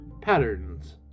Patterns